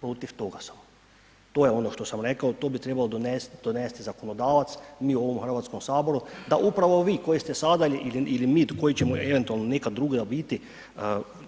Protiv toga sam, to je ono što sam rekao, to bit trebao donesi zakonodavac, mi u ovom Hrvatskom saboru, da upravo vi koji ste sada ili mi koji ćemo eventualno nekad druga biti